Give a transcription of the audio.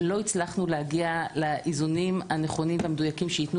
לא הצלחנו להגיע לאיזונים הנכונים והמדויקים שייתנו